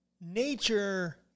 nature